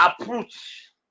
approach